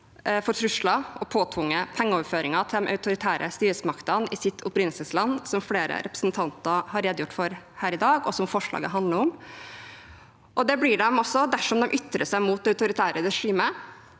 for trusler og påtvungne pengeoverføringer til de autoritære styresmaktene i sitt opprinnelsesland, slik flere representanter har redegjort for her i dag, og som forslaget handler om. Det blir de også dersom de ytrer seg mot det autoritære regimet,